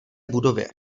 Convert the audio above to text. budově